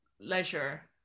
leisure